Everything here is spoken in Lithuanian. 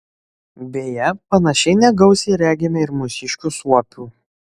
beje panašiai negausiai regime ir mūsiškių suopių